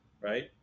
Right